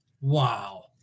Wow